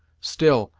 still,